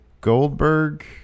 Goldberg